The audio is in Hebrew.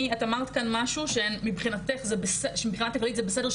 את אמרת כאן משהו שמבחינת הכללית זה בסדר,